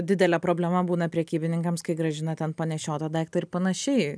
didelė problema būna prekybininkams kai grąžina ten panešiotą daiktą ir panašiai